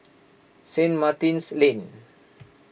Saint Martin's Lane